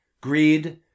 greed